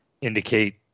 indicate